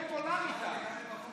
נהיית פופולרי, אתה.